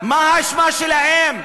מה האשמה שלהם?